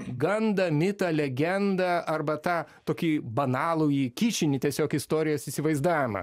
gandą mitą legendą arba tą tokį banalųjį kičinį tiesiog istorijos įsivaizdavimą